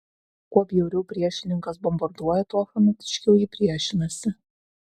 kuo bjauriau priešininkas bombarduoja tuo fanatiškiau ji priešinasi